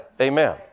Amen